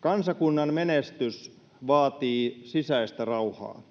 ”Kansakunnan menestys vaatii sisäistä rauhaa.